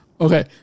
Okay